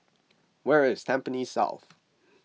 where is Tampines South